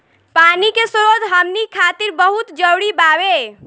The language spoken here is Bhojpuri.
पानी के स्रोत हमनी खातीर बहुत जरूरी बावे